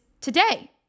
today